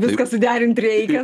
viską suderint reikia